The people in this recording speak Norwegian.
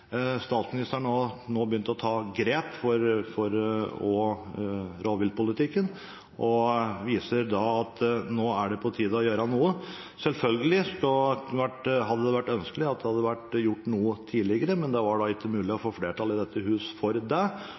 Statsministeren har nå begynt å ta grep for rovviltpolitikken, og det viser at nå er det på tide å gjøre noe. Selvfølgelig hadde det vært ønskelig å ha gjort noe tidligere, men det var ikke mulig å få flertall for det i dette huset, og det